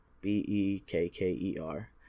b-e-k-k-e-r